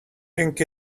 rink